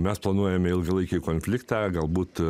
mes planuojame ilgalaikį konfliktą galbūt